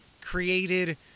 created